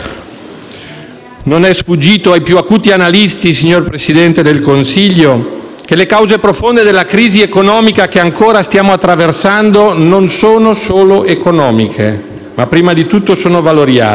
Non è sfuggito ai più acuti analisti, signor Presidente del Consiglio, che le cause profonde della crisi economica che ancora stiamo attraversando non sono solo economiche ma sono prima di tutto valoriali.